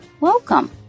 Welcome